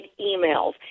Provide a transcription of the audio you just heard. emails